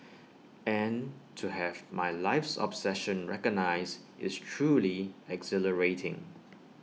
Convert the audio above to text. and to have my life's obsession recognised is truly exhilarating